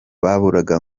baburaga